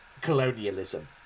colonialism